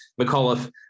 McAuliffe